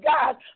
God